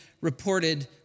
reported